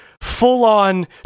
full-on